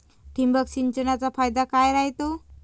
ठिबक सिंचनचा फायदा काय राह्यतो?